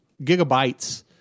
gigabytes